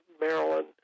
Maryland